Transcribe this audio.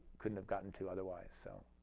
couldn't have gotten to otherwise so.